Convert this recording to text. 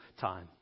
time